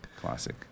classic